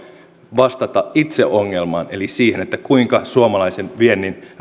vastata itse ongelmaan eli siihen kuinka suomalaisen viennin